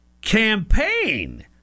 campaign